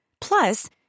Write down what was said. Plus